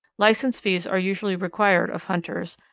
license fees are usually required of hunters,